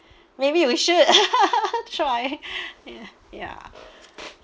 maybe you should try ya